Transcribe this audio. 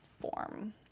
form